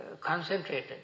concentrated